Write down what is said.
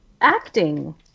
Acting